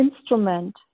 instrument